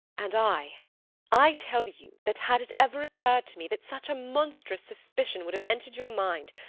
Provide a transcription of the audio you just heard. and i i tell you that had it ever occurred to me that such a monstrous suspicion would have entered your mind,